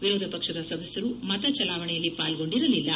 ವಿರೋಧ ಪಕ್ಷದ ಸದಸ್ಯರು ಮತಚಲಾವಣೆಯಲ್ಲಿ ಪಾಲ್ಗೊಂಡಿರಲಿಲ್ಲ